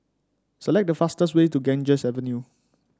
select the fastest way to Ganges Avenue